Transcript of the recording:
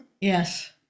Yes